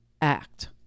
Act